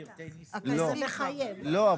לא.